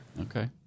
Okay